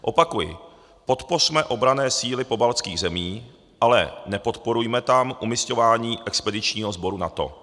Opakuji, podpořme obranné síly pobaltských zemí, ale nepodporujme tam umisťování expedičního sboru NATO.